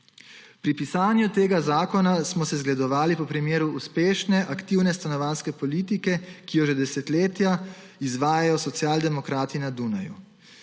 Pri pisanju tega zakona smo se zgledovali po primeru uspešne aktivne stanovanjske politike, ki jo že desetletja izvajajo socialdemokrati na Dunaju.